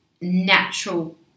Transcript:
natural